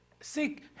Seek